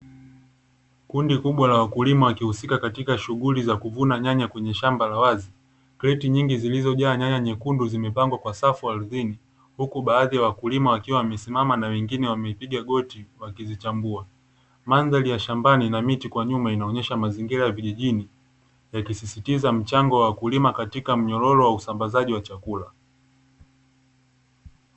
Kundi kubwa la wakulima wakihusika katika shughuli za kuvuna nyanya kwenye shamba la wazi, kreti nyingi zilizojaa nyanya nyekundu zimepangwa kwa safu ardhini huku baadhi ya wakulima wakiwa wamesimama na wengine wamepiga goti wakizichambua. Mandhari ya shambani na miti kwa nyuma inaonyesha mazingira ya vijijini, yakisisitiza mchango wa wakulima katika mnyororo wa usambazaji wa chakula.